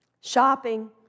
shopping